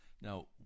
Now